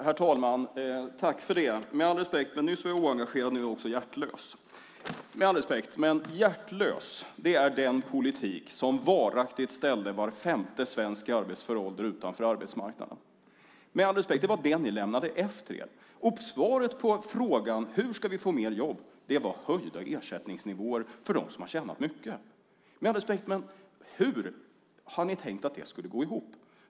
Herr talman! Nyss var jag oengagerad, och nu är jag också hjärtlös, tack för det. Hjärtlös är den politik som varaktigt ställde var femte svensk i arbetsför ålder utanför arbetsmarknaden. Med all respekt var det vad ni lämnade efter er. Svaret på frågan hur vi ska få fler jobb var höjda ersättningsnivåer för dem som tjänar mycket. Hur har ni tänkt er att det skulle gå ihop?